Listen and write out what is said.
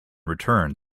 returned